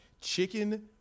chicken